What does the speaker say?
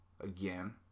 again